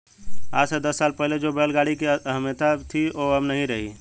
आज से दस साल पहले जो बैल गाड़ी की अहमियत थी वो अब नही रही